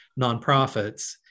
nonprofits